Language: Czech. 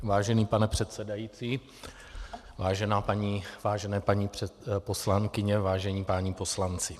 Vážený pane předsedající, vážená paní, vážené paní poslankyně, vážení páni poslanci.